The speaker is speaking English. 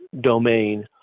domain